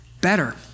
better